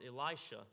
Elisha